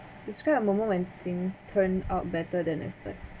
describe moment when things turn out better than expect